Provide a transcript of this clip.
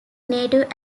native